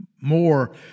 more